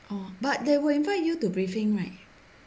oh but they will invite you to briefing right